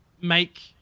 make